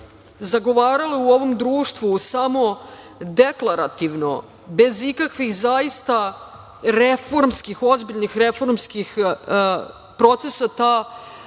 zagovarale u ovom društvu samo deklarativno, bez ikakvih zaista reformskih, ozbiljnih reformskih procesa ta